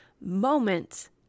moment